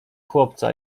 chłopca